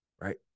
Right